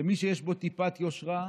למי שיש בו טיפת יושרה,